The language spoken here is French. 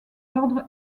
ordres